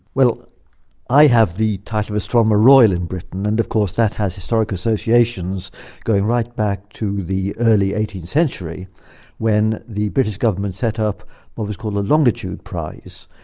i have the title of astronomer royal in britain, and of course that has historical associations going right back to the early eighteenth century when the british government set up what was called the longitude prize,